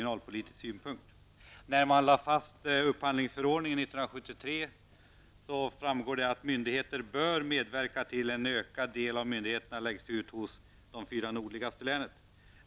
När man lade fast upphandlingsförordningen 1973, framgick det av förarbetena att myndigheterna bör medverka till att en ökad del av upphandlingen läggs ut hos företag i de fyra nordligaste länen.